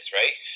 right